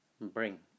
bring